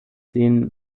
den